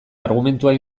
argumentua